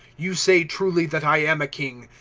you say truly that i am a king.